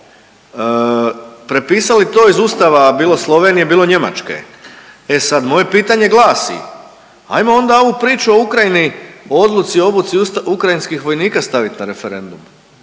prepisali to iz ustava, bilo Slovenije, bilo Njemačke. E sad, moje pitanje glasi, ajmo onda ovu priču o Ukrajini, o odluci obuci ukrajinskih vojnika stavit na referendum.